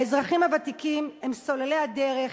האזרחים הוותיקים הם סוללי הדרך,